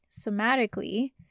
somatically